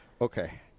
Okay